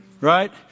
Right